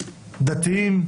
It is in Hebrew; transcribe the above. דתיים,